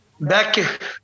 Back